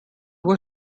what